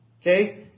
Okay